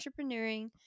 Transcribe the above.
entrepreneuring